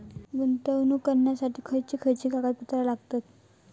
गुंतवणूक करण्यासाठी खयची खयची कागदपत्रा लागतात?